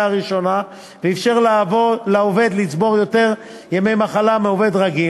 הראשונה ואפשר לעובד לצבור יותר ימי מחלה מעובד רגיל,